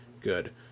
Good